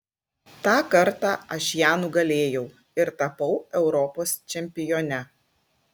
tą kartą aš ją nugalėjau ir tapau europos čempione